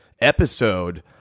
episode